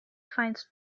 finds